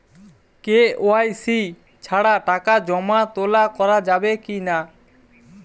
KYC ছাড়া টাকা জমা তোলা করা যাবে কি না?